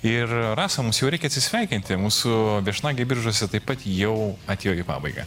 ir rasa mums jau reikia atsisveikinti mūsų viešnagė biržuose taip pat jau atėjo į pabaigą